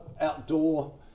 outdoor